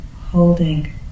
holding